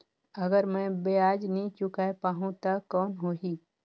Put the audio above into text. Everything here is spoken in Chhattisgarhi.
अगर मै ब्याज नी चुकाय पाहुं ता कौन हो ही?